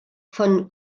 von